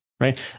right